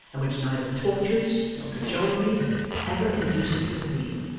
and which neither tortures nor cajolery should ever induce him to reveal.